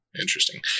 interesting